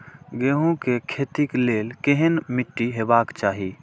गेहूं के खेतीक लेल केहन मीट्टी हेबाक चाही?